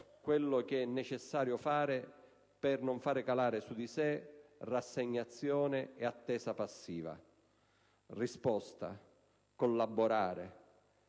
ciò che è necessario fare per non far calare su di sé rassegnazione e attesa passiva. La risposta: collaborare,